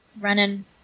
running